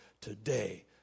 today